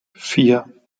vier